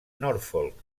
norfolk